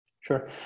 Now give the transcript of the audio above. Sure